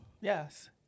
Yes